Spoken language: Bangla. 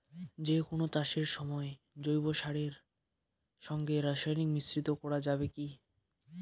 যে কোন চাষের সময় জৈব সারের সঙ্গে রাসায়নিক মিশ্রিত করা যাবে কি?